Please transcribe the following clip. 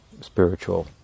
spiritual